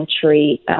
country